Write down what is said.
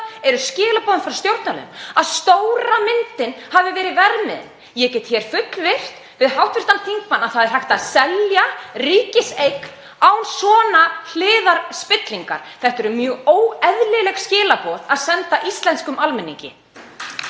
eru skilaboðin frá stjórnarliðum, að stóra myndin hafi verið verðmiðinn? Ég get hér fullyrt við hv. þingmann að það er hægt að selja ríkiseign án svona hliðarspillingar. Þetta eru mjög óeðlileg skilaboð að senda íslenskum almenningi.